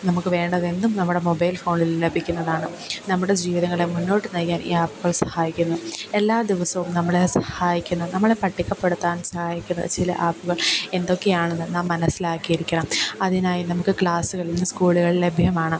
നമുക്ക് വേണ്ടതെന്തും നമ്മുടെ മൊബൈൽ ഫോണിൽ ലഭിക്കുന്നതാണ് നമ്മുടെ ജീവിതങ്ങളെ മുന്നോട്ട് നയിക്കാൻ ഈ ആപ്പ്കൾ സഹായിക്കുന്നു എല്ലാ ദിവസവും നമ്മളെ സഹായിക്കുന്ന നമ്മളെ പട്ടികപ്പെടുത്താൻ സഹായിക്കുന്ന ചില ആപ്പുകൾ എന്തൊക്കെയാണെന്ന് നാം മനസ്സിലാക്കിയിരിക്കണം അതിനായി നമുക്ക് ക്ളാസ്സുകൾ ഇന്ന് സ്കൂളുകളിൽ ലഭ്യമാണ്